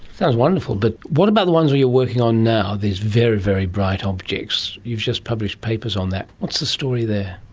sounds wonderful, but what about the ones that you're working on now, these are very, very bright objects? you've just published papers on that. what's the story there?